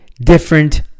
different